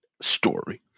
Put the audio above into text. story